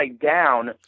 down